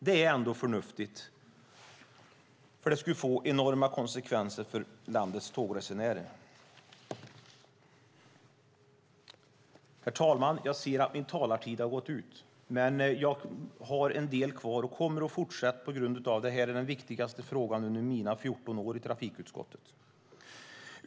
Det är ändå förnuftigt, för det skulle få enormt stora konsekvenser för landets tågresenärer. Herr talman! Jag ser att min talartid har gått ut, men jag har en del kvar och kommer att fortsätta på grund av att detta är den viktigaste frågan under mina 14 år i trafikutskottet.